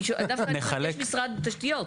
אני דווקא אני חשבתי על משרד התשתיות.